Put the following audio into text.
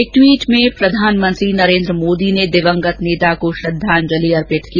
एक ट्वीट में प्रधानमंत्री नरेन्द्र मोदी ने दिवंगत नेता को श्रद्धांजलि अर्पित की